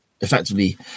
effectively